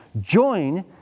join